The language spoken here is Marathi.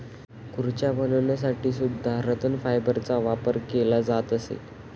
खुर्च्या बनवण्यासाठी सुद्धा रतन फायबरचा वापर केला जात असे